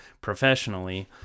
professionally